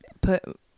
Put